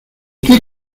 qué